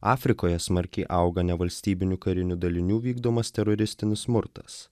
afrikoje smarkiai auga nevalstybinių karinių dalinių vykdomas teroristinis smurtas